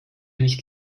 nicht